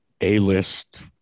A-list